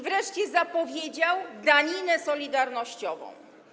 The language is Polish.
Wreszcie zapowiedział daninę solidarnościową.